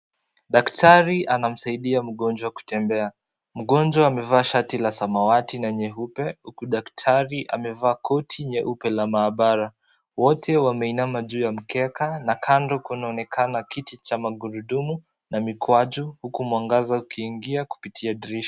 Daktari anamsaidia mgonjwa kutembea. Mgonjwa amevaa shati la samawati na nyeupe, huku daktari amevaa koti nyeupe la maabara. Wote wameinamia juu ya mkeka na kando kunaonekana kiti cha magurudumu na mikwaju huku mwangaza ukiingia kipitia dirisha.